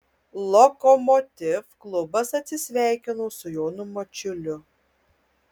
lokomotiv klubas atsisveikino su jonu mačiuliu